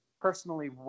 personally